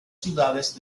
ciudades